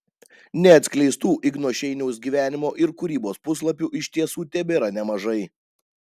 neatskleistų igno šeiniaus gyvenimo ir kūrybos puslapių iš tiesų tebėra nemažai